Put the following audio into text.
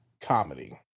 comedy